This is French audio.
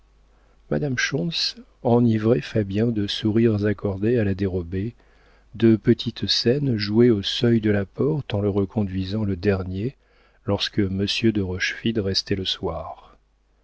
madame schontz enivrait fabien de sourires accordés à la dérobée de petites scènes jouées au seuil de la porte en le reconduisant le dernier lorsque monsieur de rochefide restait le soir